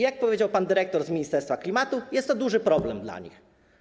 Jak powiedział pan dyrektor z Ministerstwa Klimatu, jest to duży problem dla nich.